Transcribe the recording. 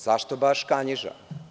Zašto baš Kanjiža?